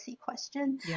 question